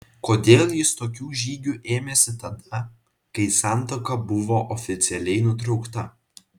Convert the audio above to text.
kodėl jis tokių žygių ėmėsi tada kai santuoka buvo oficialiai nutraukta